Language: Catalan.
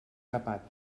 capat